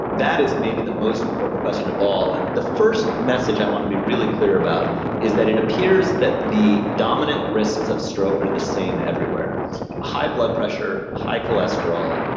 that is maybe the most important question of all, and the first message i want to be really clear about is that it appears that the dominant risks of stroke are the same everywhere high blood pressure, high cholesterol,